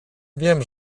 wiem